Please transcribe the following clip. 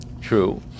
true